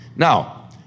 Now